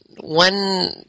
one